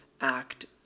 act